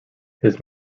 his